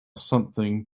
something